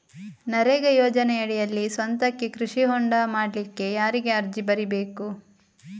ನರೇಗಾ ಯೋಜನೆಯಡಿಯಲ್ಲಿ ಸ್ವಂತಕ್ಕೆ ಕೃಷಿ ಹೊಂಡ ಮಾಡ್ಲಿಕ್ಕೆ ಯಾರಿಗೆ ಅರ್ಜಿ ಬರಿಬೇಕು?